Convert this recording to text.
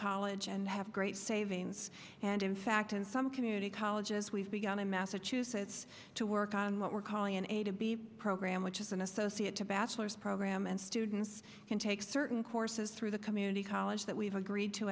college and have great savings and in fact in some community colleges we've begun in massachusetts to work on what we're calling an a to b program which is an associate to bachelor's program and students can take certain courses through the community college that we've agreed to